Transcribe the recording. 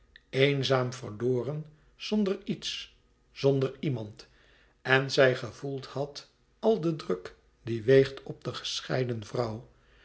eenzaam verloren zonder iets zonder iemand en zij gevoeld had al den druk die weegt op de gescheiden vrouw